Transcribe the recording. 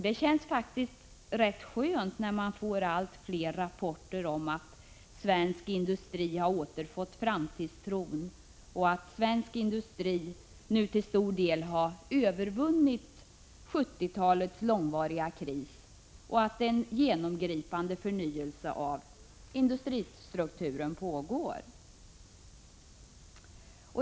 Det känns faktiskt rätt skönt när man får allt fler rapporter om att svensk industri har återfått framtidstron, att svensk industri nu till stor del har övervunnit 1970-talets långvariga kris och att en genomgripande förnyelse av industristrukturen pågår.